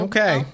Okay